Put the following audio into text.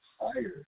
higher